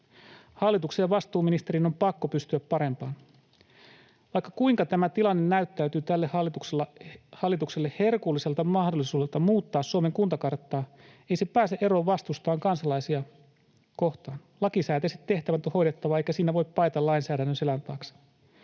Hallituksen ja vastuuministerin on pakko pystyä parempaan. Vaikka kuinka tämä tilanne näyttäytyy tälle hallitukselle herkulliselta mahdollisuudelta muuttaa Suomen kuntakarttaa, ei se pääse eroon vastuustaan kansalaisia kohtaan. Lakisääteiset tehtävät on hoidettava, eikä siinä voi paeta lainsäädännön selän taakse.